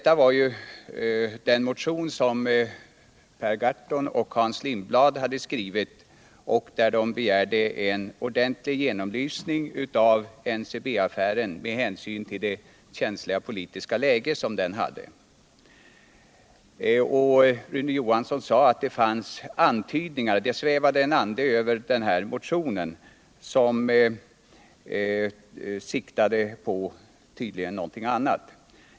Bakgrunden var den motion som Per Gahrton och Hans Lindblad skrivit, i vilken de begärde en ordentlig genomlysning av NCB-affären med hänsyn till det känsliga politiska läge som den hade. Rune Johansson sade att det svävade en ande över denna motion som gav antydningar till att den siktade mot något annat.